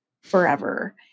forever